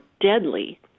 deadly